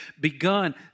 begun